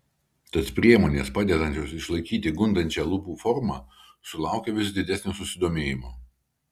tad priemonės padedančios išlaikyti gundančią lūpų formą sulaukia vis didesnio susidomėjimo